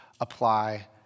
apply